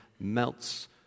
melts